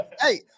Hey